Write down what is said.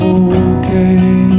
okay